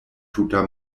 tuta